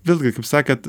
vėlgi kaip sakėt